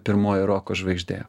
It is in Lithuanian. pirmoji roko žvaigždė